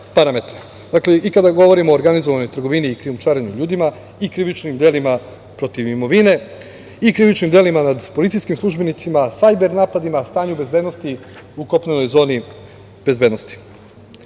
i kada govorimo o organizovanoj trgovini i krijumčarenju ljudima i krivičnim delima protiv imovine i krivičnim delima nad policijskim službenicima, sajber napadima, stanju bezbednosti u kopnenoj zoni bezbednosti. Posebnu